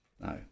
No